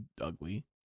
ugly